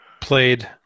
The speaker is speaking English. played